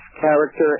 character